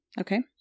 okay